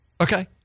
okay